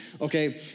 okay